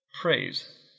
praise